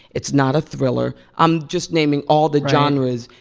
it's not a thriller. i'm just naming all the genres.